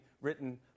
written